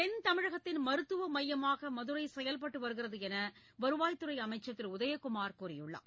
தென்தமிழகத்தின் மருத்துவ மையமாக மதுரை செயல்பட்டு வருகிறது என வருவாய் துறை அமைச்சர் திரு உதயக்குமார் கூறியுள்ளார்